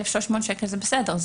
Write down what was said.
1,300 שקל זה בסדר,